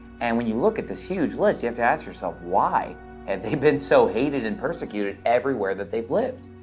and when you look at this huge list, you have to ask yourself, why have they been so hated and persecuted everywhere that they've lived?